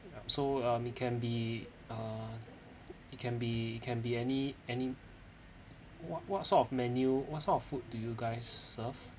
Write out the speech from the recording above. ya so uh it can be uh it can be can be any any what what sort of menu what sort of food do you guys serve